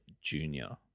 Junior